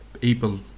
people